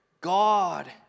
God